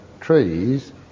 trees